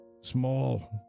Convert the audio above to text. Small